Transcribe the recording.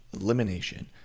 elimination